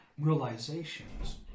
realizations